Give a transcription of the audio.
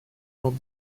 ordre